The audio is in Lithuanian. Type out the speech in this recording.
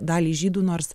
dalį žydų nors